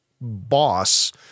boss